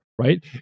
right